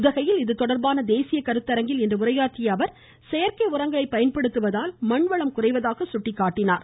உதகையில் இதுதொடர்பான தேசிய கருத்தரங்கில் இன்று உரையாற்றிய அவர் செயற்கை உரங்களை பயன்படுத்துவதால் மண்வளம் குறைவதாக சுட்டிக்காட்டினார்